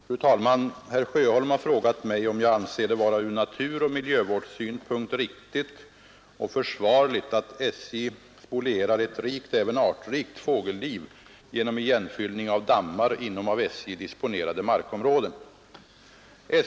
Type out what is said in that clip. Fru talman! Herr Sjöholm har frågat mig om jag anser det vara från naturoch miljövårdssynpunkt riktigt och försvarligt att SJ spolierar ett rikt — även artrikt — fågelliv genom igenfyllning av dammar inom av SJ disponerade markområden.